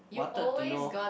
wanted to know